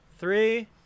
Three